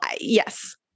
yes